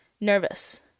Nervous